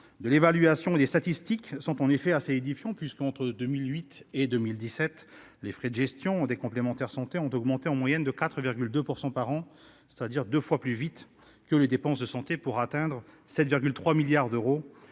de l'évaluation et des statistiques, la Drees, sont en effet édifiants : entre 2008 et 2017, les frais de gestion des complémentaires santé ont augmenté en moyenne de 4,2 % par an, soit deux fois plus vite que les dépenses de santé, pour atteindre 7,3 milliards d'euros.